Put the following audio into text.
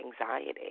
anxiety